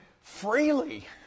freely